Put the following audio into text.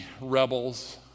rebels